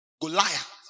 Goliath